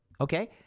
Okay